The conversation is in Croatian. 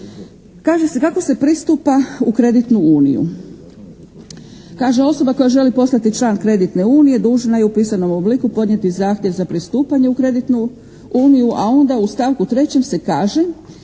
Kaže se kako se pristupa u kreditnu uniju? Kaže osoba koja želi postati član kreditne unije dužna je u pisanom obliku podnijeti zahtjev za pristupanje u kreditnu uniju, a onda u stavku trećem se kaže